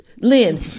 Lynn